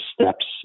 steps